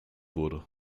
wurde